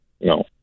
No